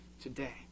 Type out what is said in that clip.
today